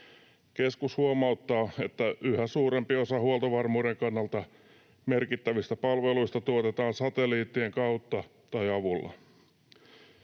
Keskus huomauttaa, että yhä suurempi osa huoltovarmuuden kannalta merkittävistä palveluista tuotetaan satelliittien kautta tai avulla.